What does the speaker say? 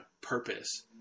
purpose